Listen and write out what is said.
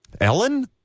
Ellen